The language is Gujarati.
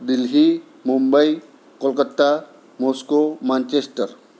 Delhi Mumbai Kolkata Moscow Manchester